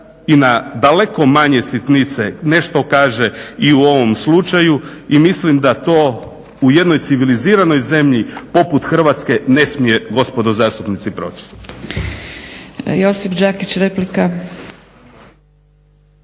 i na daleko manje sitnice, nešto kaže i u ovom slučaju i mislim da to u jednoj civiliziranoj zemlji poput Hrvatske ne smije, gospodo zastupnici, proći.